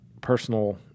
personal